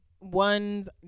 One's